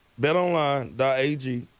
betonline.ag